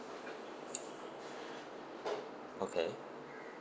okay